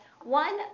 one